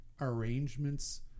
arrangements